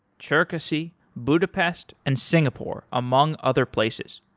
cherkasy, budapest and singapore among other places.